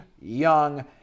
young